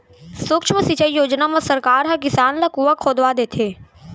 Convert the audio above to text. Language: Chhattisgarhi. सुक्ष्म सिंचई योजना म सरकार ह किसान ल कुँआ खोदवा देथे